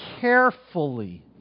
carefully